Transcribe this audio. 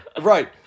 right